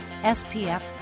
SPF